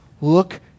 look